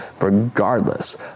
regardless